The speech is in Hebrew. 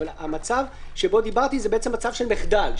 אבל המצב שבו דיברתי זה מצב של מחדל,